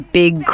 big